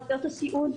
עובדות הסיעוד,